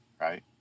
right